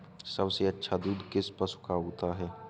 सबसे अच्छा दूध किस पशु का होता है?